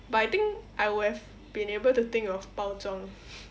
but I think I would have been able to think of 包装